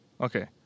Okay